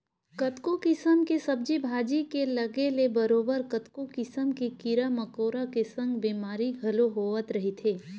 कतको किसम के सब्जी भाजी के लगे ले बरोबर कतको किसम के कीरा मकोरा के संग बेमारी घलो होवत रहिथे